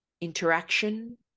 interaction